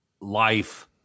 life